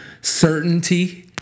certainty